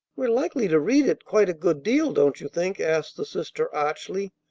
we're likely to read it quite a good deal, don't you think? asked the sister archly.